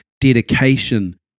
dedication